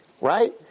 right